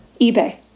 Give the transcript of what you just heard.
eBay